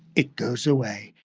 it goes away